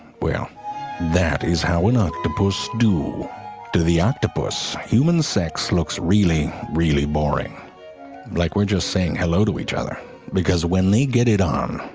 well that is how an octopus do to the octopus human sex looks really really boring like we're just saying hello to each other because when they get it on,